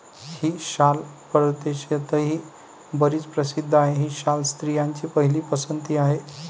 ही शाल परदेशातही बरीच प्रसिद्ध आहे, ही शाल स्त्रियांची पहिली पसंती आहे